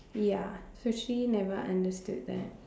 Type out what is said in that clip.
ya so she never understood that